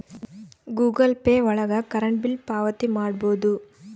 Google Pay ಒಳಗ current bill ಪಾವತಿ ಮಾಡ್ಬೋದು